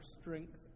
strength